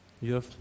Yes